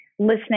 listening